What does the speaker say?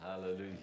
Hallelujah